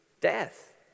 death